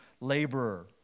laborer